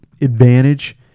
advantage